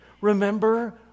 Remember